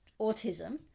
autism